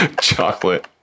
Chocolate